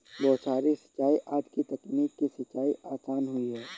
बौछारी सिंचाई आदि की तकनीक से सिंचाई आसान हुई है